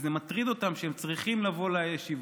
כי זה מטריד אותם שהם צריכים לבוא לישיבות.